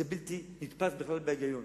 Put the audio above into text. זה בלתי נתפס בהיגיון.